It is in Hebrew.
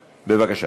בבקשה.